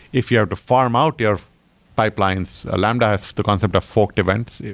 if you have to farm out your pipelines ah lambda has the concept of forked events,